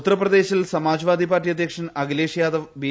ഉത്തർപ്രദേശിൽ Samajwadi party അധ്യക്ഷൻ Akhilesh Yadav B